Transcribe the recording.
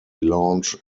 lounge